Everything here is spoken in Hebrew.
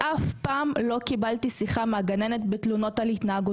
אף פעם לא קיבלתי תלונה מהגננת על התנהגותו.